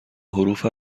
حروف